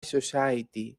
society